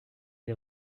des